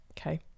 okay